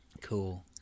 Cool